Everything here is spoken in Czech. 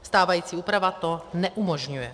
Stávající úprava to neumožňuje.